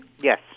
Yes